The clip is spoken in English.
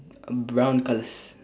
brown colours